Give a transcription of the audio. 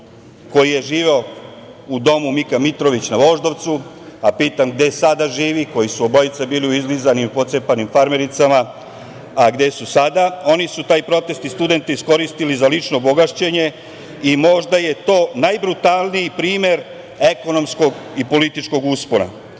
koji je živeo u domu „Mika Mitrović“ na Voždovcu, a pitam gde sada živi, koji su obojica bili u izlizanim, pocepanim farmericama, a gde su sada, oni su taj protest i studente iskoristili za lično bogaćenje i možda je to najbrutalniji primer ekonomskog i političkog uspona. Naime,